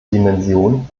dimension